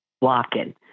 walking